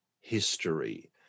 history